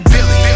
Billy